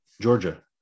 Georgia